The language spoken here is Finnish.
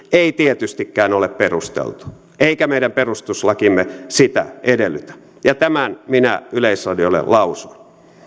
ei tietystikään ole perusteltu eikä meidän perustuslakimme sitä edellytä tämän minä yleisradiolle lausuin